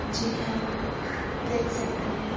جنہیں ہم دیکھ سکتے ہیں